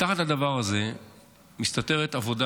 התשפ"ד 2024. מתחת לדבר הזה מסתתרת עבודה